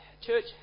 church